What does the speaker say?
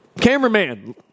cameraman